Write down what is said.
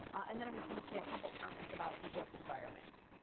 and then i'm just going to say a couple comments about the work environment.